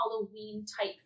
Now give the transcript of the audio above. Halloween-type